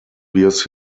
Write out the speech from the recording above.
bears